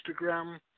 Instagram